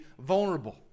vulnerable